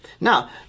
Now